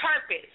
purpose